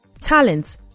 talents